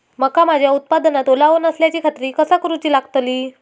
मका माझ्या उत्पादनात ओलावो नसल्याची खात्री कसा करुची लागतली?